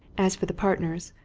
as for the partners,